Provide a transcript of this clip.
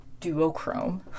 Duochrome